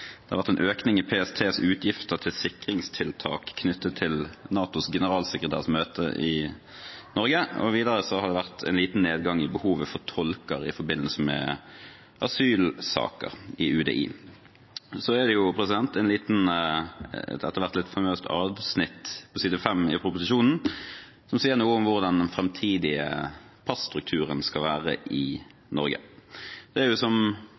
det har vært en økning i PSTs utgifter til sikringstiltak knyttet til NATOs generalsekretærs møte i Norge. Videre har det vært en liten nedgang i behovet for tolker i forbindelse med asylsaker i UDI. Så er det et lite og etter hvert litt famøst avsnitt på side 5 i proposisjonen som sier noe om hvordan den framtidige passtrukturen skal være i Norge. Det er jo slik – som